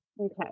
Okay